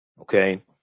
okay